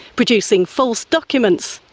producing false documents,